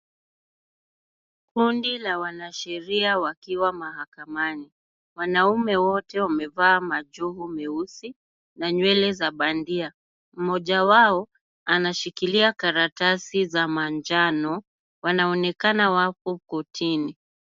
Kundi la wanasheria wakiwa mahakamani. Wanaume wote wamevaa majoho meusi na nywele za bandia. Mmoja wao anashikilia karatasi za manjano. Wanaonekana wako kortini.